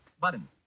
Button